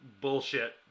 bullshit